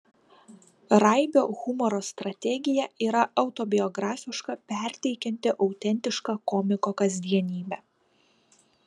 raibio humoro strategija yra autobiografiška perteikianti autentišką komiko kasdienybę